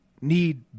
need